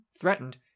threatened